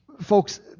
folks